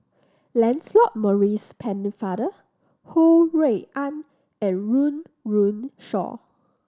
Lancelot Maurice Pennefather Ho Rui An and Run Run Shaw